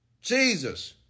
Jesus